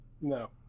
No